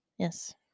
yes